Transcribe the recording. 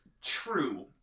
True